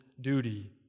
duty